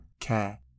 care